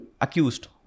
accused